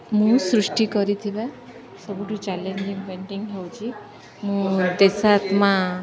ମୁଁ ସୃଷ୍ଟି କରିଥିବା ସବୁଠୁ ଚ୍ୟାଲେଞ୍ଜିଂ ପେଣ୍ଟିଂ ହେଉଛି ମୁଁ ଦେଶତ୍ମା